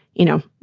you know,